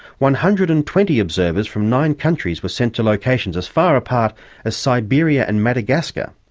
one hundred and twenty observers from nine countries were sent to locations as far apart as siberia and madagascar.